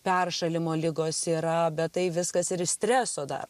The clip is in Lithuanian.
peršalimo ligos yra bet tai viskas ir iš streso dar